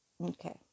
Okay